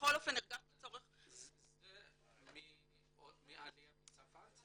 ובכל זאת הרגשתי צורך --- זה מהעלייה מצרפת?